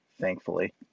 Thankfully